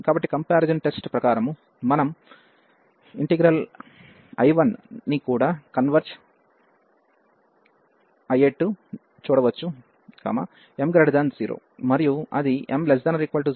కాబట్టి comparison test ప్రకారం మన ఇంటిగ్రల్ I1 కూడా కన్వెర్జ్ అవుతుంది m0 మరియు అది m≤0 ఉన్నప్పుడు డైవర్జెన్స్ అవుతుంది